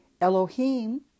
Elohim